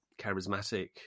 charismatic